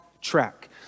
track